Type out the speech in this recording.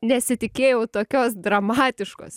nesitikėjau tokios dramatiškos